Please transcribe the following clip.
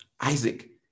Isaac